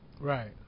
Right